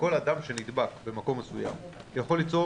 כל אדם שנדבק במקום מסוים יכול ליצור